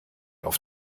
auf